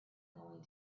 going